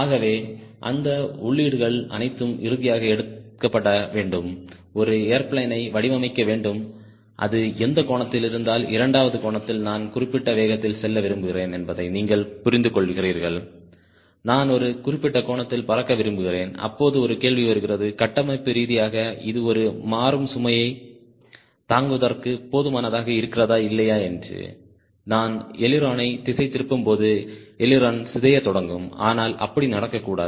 ஆகவே அந்த உள்ளீடுகள் அனைத்தும் இறுதியாக எடுக்கப்பட வேண்டும் ஒரு ஏர்பிளேன் யை வடிவமைக்க வேண்டும் அது அந்த கோணத்தில் இருந்தால் இரண்டாவது கோணத்தில் நான் குறிப்பிட்ட வேகத்தில் செல்ல விரும்புகிறேன் என்பதை நீங்கள் புரிந்துகொள்கிறீர்கள் நான் ஒரு குறிப்பிட்ட கோணத்தில் பறக்க விரும்புகிறேன் அப்பொழுது ஒரு கேள்வி வருகிறது கட்டமைப்பு ரீதியாக இது ஒரு மாறும் சுமையைத் தாங்குவதற்கு போதுமானதாக இருக்கிறதா இல்லையா என்று நான் அய்லிரோனைத் திசைதிருப்பும்போது அய்லிரோன் சிதைய தொடங்கும் ஆனால் அப்படி நடக்க கூடாது